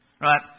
Right